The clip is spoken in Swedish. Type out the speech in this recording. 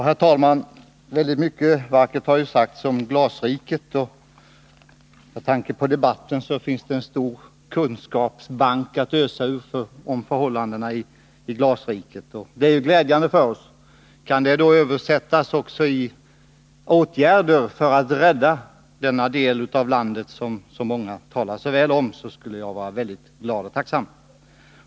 Herr talman! Mycket vackert har sagts om glasriket. Enligt den debatt som förts finns det där en stor kunskapsbank att ösa ur. Det är ju glädjande för oss. Men kan det som många talar så vackert om omvandlas till åtgärder som kan rädda denna del av landet, så skulle jag vara mycket glad och tacksam.